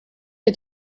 est